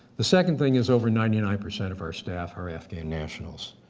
the second thing is over ninety nine percent of our staff are afghan nationals.